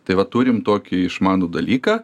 tai va turim tokį išmanų dalyką